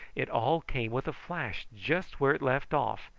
it all came with a flash just where it left off,